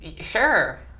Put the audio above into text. Sure